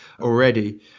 already